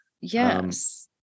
Yes